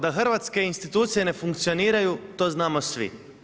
Da hrvatske institucije ne funkcioniraju, to znamo svi.